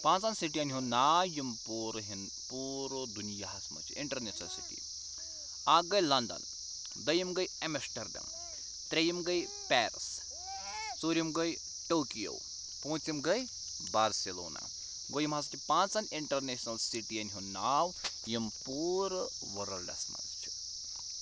پانٛژَن سِٹِیَن ہُنٛد ناو یِم پوٗرٕ ہِنٛد پوٗرٕ دُنیاہَس منٛز چھِ اِنٹَرنیشنَل سِٹی اَکھ گٔے لَنٛدَن دوٚیِم گٔے ایمسٹَرڈیم ترٛیٚیِم گٔے پیرس ژوٗرِم گٔے ٹوکیو پٲنٛژِم گٔے بارسِلونا گوٚو یِم ہَسا چھِ پانٛژَن اِنٹَرنیشنَل سِٹِیَن ہُنٛد ناو یِم پوٗرٕ ؤرٕلڈَس منٛز چھِ